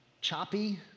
choppy